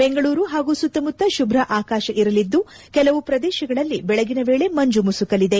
ಬೆಂಗಳೂರು ಹಾಗೂ ಸುತ್ತಮುತ್ತ ಶುಭ್ಧ ಆಕಾಶ ಇರಲಿದ್ದು ಕೆಲವು ಪ್ರದೇಶಗಳಲ್ಲಿ ಬೆಳಗಿನ ವೇಳೆ ಮಂಜು ಮುಸುಕಲಿದೆ